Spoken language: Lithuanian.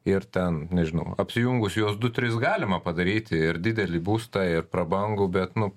ir ten nežinau apsijungus juos du trys galima padaryti ir didelį būstą ir prabangų bet nu